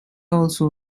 also